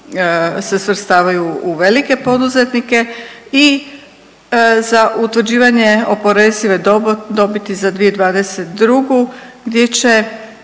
se svrstavaju u velike poduzetnike i za utvrđivanje oporezive dobiti za 2022. gdje će